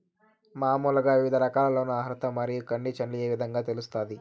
మామూలుగా వివిధ రకాల లోను అర్హత మరియు కండిషన్లు ఏ విధంగా తెలుస్తాది?